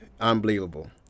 Unbelievable